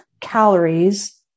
calories